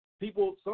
people